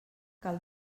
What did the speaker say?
cal